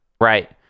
right